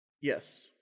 Yes